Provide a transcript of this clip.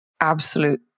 absolute